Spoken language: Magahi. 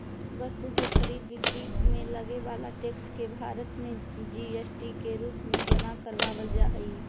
वस्तु के खरीद बिक्री में लगे वाला टैक्स के भारत में जी.एस.टी के रूप में जमा करावल जा हई